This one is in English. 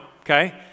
Okay